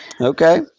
Okay